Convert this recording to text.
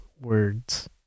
words